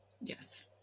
Yes